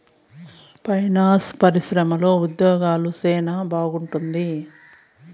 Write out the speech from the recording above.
finance పరిశ్రమలో ఉద్యోగాలు సెనా బాగుంటుంది